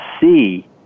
see